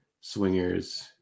swingers